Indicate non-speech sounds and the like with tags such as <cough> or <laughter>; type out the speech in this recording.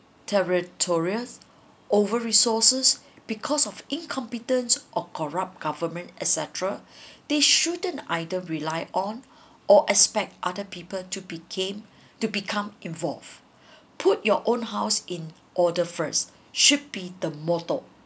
territorial over resources because of incompetent or corrupt government et cetera <breath> they shouldn't either rely on or expect other people to became to become involve <breath> put your own house in order first should be the motto